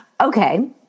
Okay